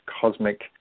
cosmic